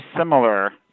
similar